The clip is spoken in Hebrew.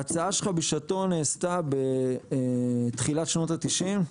ההצעה שלך בשעתו נעשתה בתחילת שנות ה-90'.